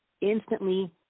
instantly